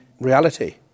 reality